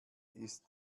ist